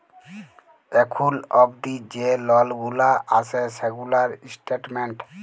এখুল অবদি যে লল গুলা আসে সেগুলার স্টেটমেন্ট